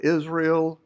Israel